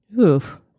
Oof